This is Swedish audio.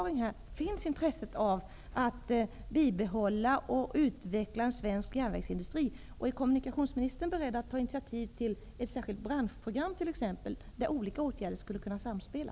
Finns det något intressse för att bibehålla och utveckla svensk järnvägsindustri? Är kommunikationsministern beredd att ta initiativ till t.ex. ett särskilt branschprogram, där olika åtgärder skulle kunna samspela?